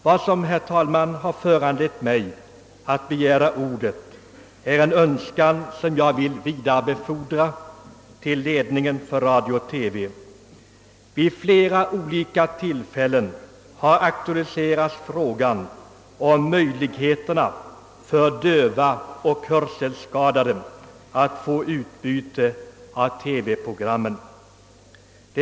Vad som har föranlett mig att begära ordet är en önskan som jag vill vidarebefordra till ledningen för radio-TV. Vid flera olika tillfällen har frågan om möjligheterna för döva och andra hörselskadade att få utbyte av TV-programmen aktualiserats.